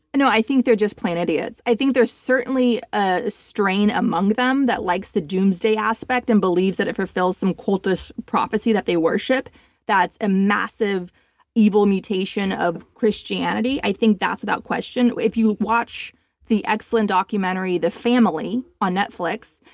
no, i think they're just plain idiots. i think there's certainly a strain among them that likes the doomsday aspect and believes that it fulfills some cultish prophecy that they worship that's a massive evil mutation of christianity. i think that's that question if you watch the excellent documentary, the family, on netflix.